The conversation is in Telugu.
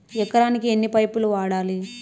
ఎకరాకి ఎన్ని పైపులు వాడాలి?